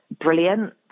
brilliant